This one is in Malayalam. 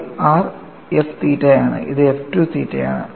ഇത് f 2 തീറ്റയാണ്